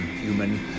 human